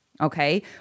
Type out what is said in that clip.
Okay